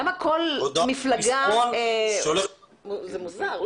זה מוזר.